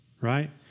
right